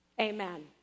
Amen